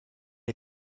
est